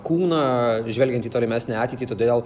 kūną žvelgiant į tolimesnę ateitį todėl